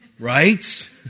Right